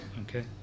Okay